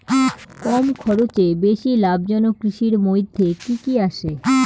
কম খরচে বেশি লাভজনক কৃষির মইধ্যে কি কি আসে?